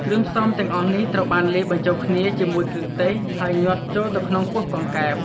គ្រឿងផ្សំទាំងអស់នេះត្រូវបានលាយបញ្ចូលគ្នាជាមួយគ្រឿងទេស ហើយញ៉ាត់ចូលទៅក្នុងពោះកង្កែប។